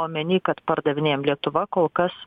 omeny kad pardavinėjam lietuva kol kas